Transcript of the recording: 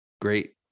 great